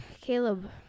Caleb